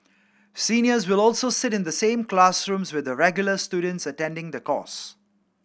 seniors will also sit in the same classrooms with the regular students attending the course